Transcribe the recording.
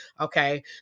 okay